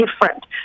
different